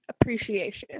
appreciation